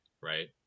right